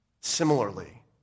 similarly